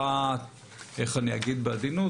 איך לומר בעדינות?